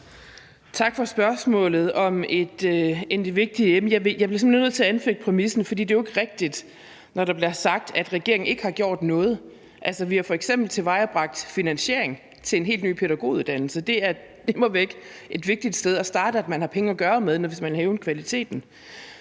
Tak for spørgsmålet om et vigtigt emne. Jeg bliver simpelt hen nødt til at anfægte præmissen, for det er jo ikke rigtigt, når der bliver sagt, at regeringen ikke har gjort noget. Altså, vi har f.eks. tilvejebragt finansiering til en helt ny pædagoguddannelse. Det er immer væk et vigtigt sted at starte, altså at man har penge at gøre med, hvis man vil hæve kvaliteten.